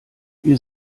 wir